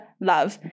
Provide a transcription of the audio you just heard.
love